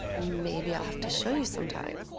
maybe i'll have to show you sometime.